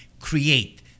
create